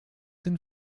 den